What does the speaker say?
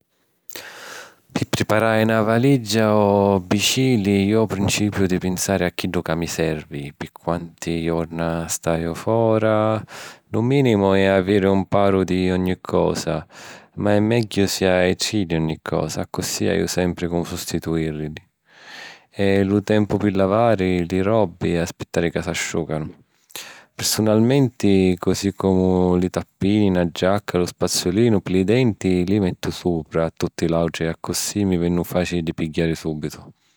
Pi priparari na valigia o bilici, jo principiu di pinsari a chiddu ca mi servi, pi quanti jorna staiu fora. Lu mìnimu è aviri un paru di ogni cosa, ma è megghiu si hai tri di ogni cosa: accussì haiu sempri comu sustituiri, e lu tempu pi lavari li robbi e aspittari ca s’asciùcanu. Pirsunalmenti, cosi comu li tappini, na giacca, e lu spazzulinu pi li denti, li mettu supra a tutti l’àutri, accussì mi vennu fàcili pi pigghiàrili subitu.